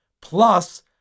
plus